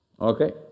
Okay